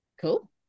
cool